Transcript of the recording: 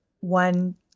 one